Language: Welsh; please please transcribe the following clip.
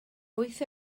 wyth